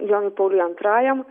jonui pauliui antrajam